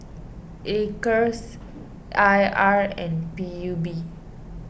Acres I R and P U B